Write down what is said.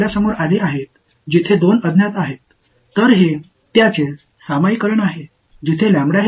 எனவே இரண்டு அறியப்படாத இடங்களில் இதுபோன்ற சமன்பாடுகளை நாங்கள் சந்தித்திருக்கிறோம்